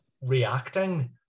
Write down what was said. reacting